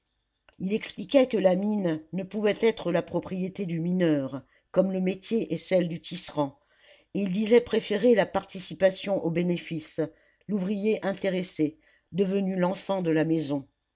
il expliquait que la mine ne pouvait être la propriété du mineur comme le métier est celle du tisserand et il disait préférer la participation aux bénéfices l'ouvrier intéressé devenu l'enfant de la maison